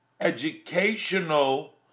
educational